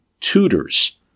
tutors